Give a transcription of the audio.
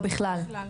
בכלל.